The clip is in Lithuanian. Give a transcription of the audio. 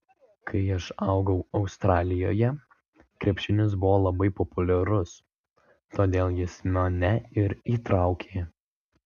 kai aš augau australijoje krepšinis buvo labai populiarus todėl jis mane ir įtraukė